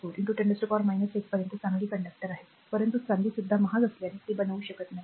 64 10 ते 8 पर्यंत चांगली कंडक्टर आहे परंतु पण चांदीसुद्धा महाग असल्याने ते बनवू शकत नाही